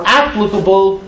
applicable